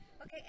okay